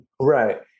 Right